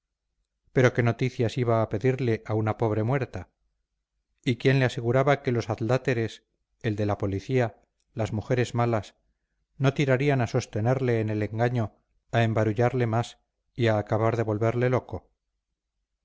pero qué noticias iba a pedirle a una pobre muerta y quién le aseguraba que los adláteres el de la policía las mujeres malas no tirarían a sostenerle en el engaño a embarullarle más y acabar de volverle loco